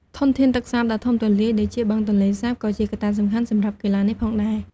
ធនធានទឹកសាបដ៏ធំទូលាយដូចជាបឹងទន្លេសាបក៏ជាកត្តាសំខាន់សម្រាប់កីឡានេះផងដែរ។